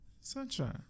sunshine